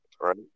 right